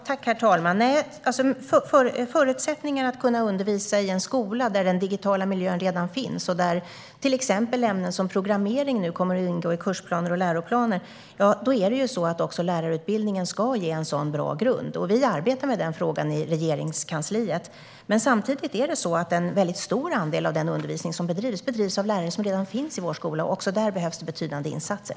Herr talman! Förutsättningen för att kunna undervisa i en skola där den digitala miljön redan finns, och där till exempel ämnen som programmering nu kommer att ingå i kursplaner och läroplaner, är att lärarutbildningen ska ge en sådan bra grund. Vi arbetar med den frågan i Regeringskansliet. Samtidigt är det så att en väldigt stor andel av den undervisning som finns bedrivs av lärare som redan finns i vår skola. Också där behövs betydande insatser.